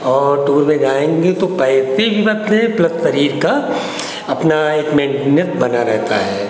और प्लस शरीर का अपना एक मेन्टेनेन्स बना रहता है